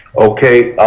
okay?